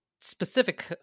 specific